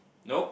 nope